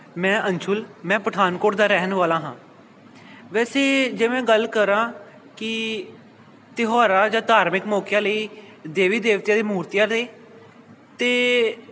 ਮੈਂ ਅੰਸ਼ੂਲ ਮੈਂ ਪਠਾਨਕੋਟ ਦਾ ਰਹਿਣ ਵਾਲਾ ਹਾਂ ਵੈਸੇ ਜੇ ਮੈਂ ਗੱਲ ਕਰਾਂ ਕਿ ਤਿਉਹਾਰਾਂ ਜਾਂ ਧਾਰਮਿਕ ਮੌਕਿਆਂ ਲਈ ਦੇਵੀ ਦੇਵਤਿਆਂ ਦੀ ਮੂਰਤੀਆਂ ਦੇ ਅਤੇ